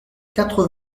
quatre